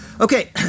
Okay